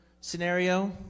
scenario